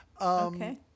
Okay